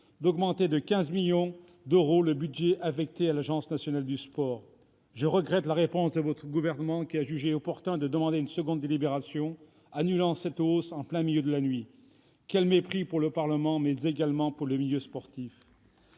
d'augmenter de 15 millions d'euros le budget affecté à l'Agence nationale du sport. Je regrette la réponse du Gouvernement, qui a jugé opportun de demander une seconde délibération, annulant cette hausse en plein milieu de la nuit. Quel mépris pour le Parlement, mais également pour le milieu sportif